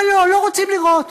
אבל לא, לא רוצים לראות.